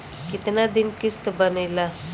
कितना दिन किस्त बनेला?